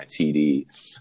TD